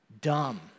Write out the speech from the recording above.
dumb